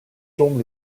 tombent